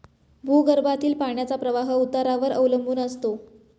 भूगर्भातील पाण्याचा प्रवाह उतारावर अवलंबून असतो